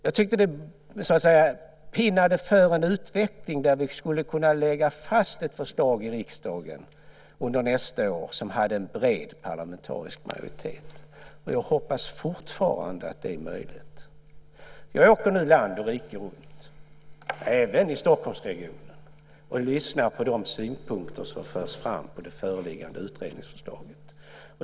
Jag tyckte att det talade för en utveckling där vi skulle kunna lägga fast ett förslag i riksdagen under nästa år som hade en bred parlamentarisk majoritet. Jag hoppas fortfarande att det är möjligt. Jag åker nu land och rike runt, även i Stockholmsregionen, och lyssnar på de synpunkter som förs fram om det föreliggande utredningsförslaget.